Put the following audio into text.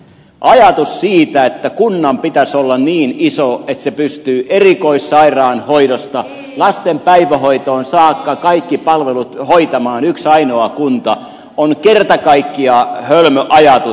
ajatus siitä että kunnan pitäisi olla niin iso että se pystyy erikoissairaanhoidosta lasten päivähoitoon saakka palvelut hoitamaan yksi ainoa kunta on kerta kaikkiaan hölmö ajatus